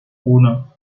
uno